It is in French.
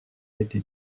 été